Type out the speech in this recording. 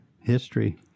history